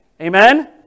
Amen